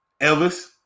Elvis